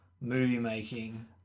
movie-making